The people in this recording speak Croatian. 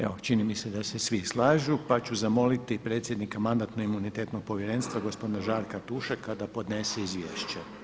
Evo čini mi se da se svi slažu pa ću zamoliti predsjednika Mandatno-imunitetnog povjerenstva gospodina Žarka Tušeka da podnese izvješće.